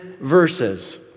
verses